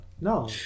No